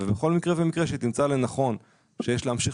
ובכל מקרה ומקרה שתמצא לנכון שיש להמשיך